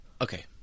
okay